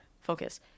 Focus